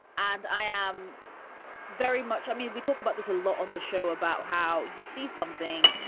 and i am very much i mean, we talk about this a lot on the show about how you see something.